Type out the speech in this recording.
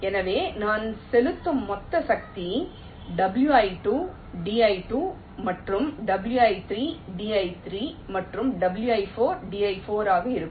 எனவே நான் செலுத்தும் மொத்த சக்தி wi2 di2 மற்றும் wi3 di3 மற்றும் wi4 di4 ஆக இருக்கும்